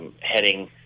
Heading